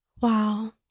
Wow